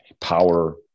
power